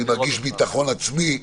אני מרגיש ביטחון עצמי,